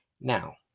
Now